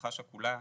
שמשפחה שכולה,